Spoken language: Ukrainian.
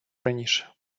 раніше